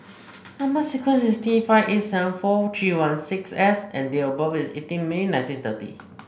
number sequence is T five eight seven four three one six S and date of birth is eighteen May nineteen thirty